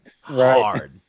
hard